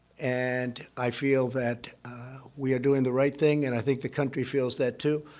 and i feel that we are doing the right thing, and i think the country feels that, too.